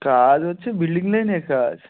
কাজ হচ্ছে বিল্ডিং লাইনের কাজ